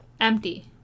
empty